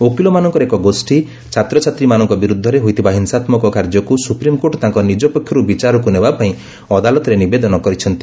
ଓକିଲମାନଙ୍କର ଏକ ଗୋଷ୍ଠୀ ଛାତ୍ରଛାତ୍ରୀମାନଙ୍କ ବିରୁଦ୍ଧରେ ହୋଇଥିବା ହିଂସାତ୍କକ କାର୍ଯ୍ୟକୁ ସୁପ୍ରିମକୋର୍ଟ ତାଙ୍କ ନିଜ ପକ୍ଷରୁ ବିଚାରକୁ ନେବାପାଇଁ ଅଦାଲତରେ ନିବେଦନ କରିଛନ୍ତି